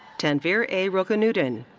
tanvir a. rokonuddin.